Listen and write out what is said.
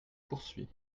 poursuis